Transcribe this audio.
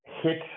hit